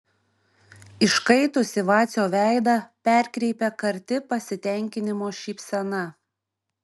iškaitusį vacio veidą perkreipia karti pasitenkinimo šypsena